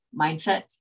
mindset